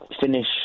finish